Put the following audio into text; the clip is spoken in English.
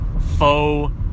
faux